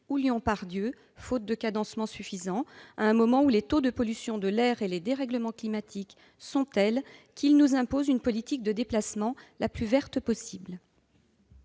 ou à Lyon-Part-Dieu, faute d'un cadencement suffisant, à un moment où les taux de pollution de l'air et les dérèglements climatiques sont tels qu'ils nous imposent une politique de déplacement la plus verte possible.